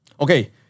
Okay